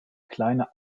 kleine